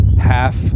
half